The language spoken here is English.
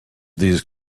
these